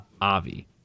Avi